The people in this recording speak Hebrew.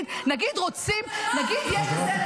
נגיד שרוצים --- טלי,